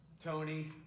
Tony